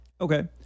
okay